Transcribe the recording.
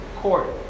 court